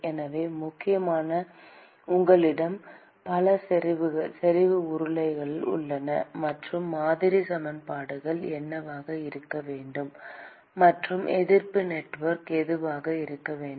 எனவே முக்கியமாக உங்களிடம் பல செறிவு உருளைகள் உள்ளன மற்றும் மாதிரி சமன்பாடு என்னவாக இருக்க வேண்டும் மற்றும் எதிர்ப்பு நெட்வொர்க் எதுவாக இருக்க வேண்டும்